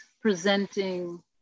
presenting